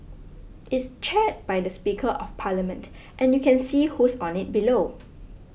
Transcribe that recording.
it's chaired by the speaker of parliament and you can see who's on it below